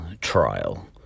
trial